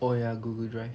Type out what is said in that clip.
oh ya google drive